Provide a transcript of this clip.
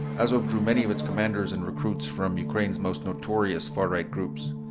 azov drew many of its commanders and recruits from ukraine's most notorious far-right groups,